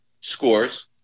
scores